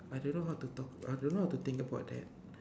I don't know how to talk I don't know how to think about that